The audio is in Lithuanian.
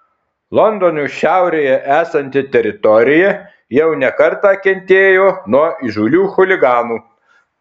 londono šiaurėje esanti teritorija jau ne kartą kentėjo nuo įžūlių chuliganų